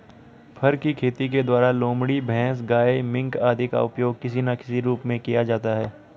फर की खेती के द्वारा लोमड़ी, भैंस, गाय, मिंक आदि का उपयोग किसी ना किसी रूप में किया जाता है